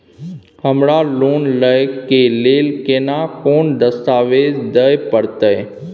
हमरा लोन लय के लेल केना कोन दस्तावेज दिए परतै?